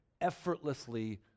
effortlessly